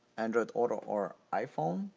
android auto or iphone,